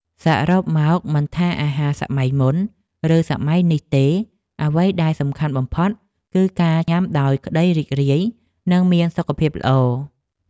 សរុបមកមិនថាអាហារសម័យមុនឬសម័យនេះទេអ្វីដែលសំខាន់បំផុតគឺការញ៉ាំដោយក្តីរីករាយនិងមានសុខភាពល្អ។